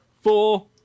four